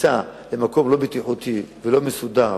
כניסה למקום לא בטיחותי ולא מסודר,